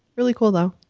really cool, though.